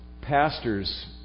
pastors